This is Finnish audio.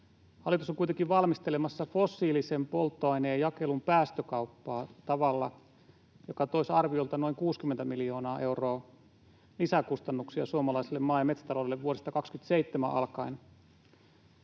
Hallitus on kuitenkin valmistelemassa fossiilisen polttoaineen jakelun päästökauppaa tavalla, joka toisi arviolta noin 60 miljoonaa euroa lisäkustannuksia suomalaiselle maa- ja metsätaloudelle vuodesta 27 alkaen.